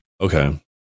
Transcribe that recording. okay